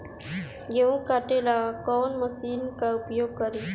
गेहूं काटे ला कवन मशीन का प्रयोग करी?